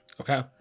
okay